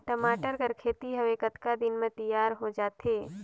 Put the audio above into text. टमाटर कर खेती हवे कतका दिन म तियार हो जाथे?